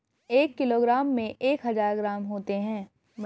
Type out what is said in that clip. एक किलोग्राम में एक हजार ग्राम होते हैं